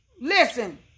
listen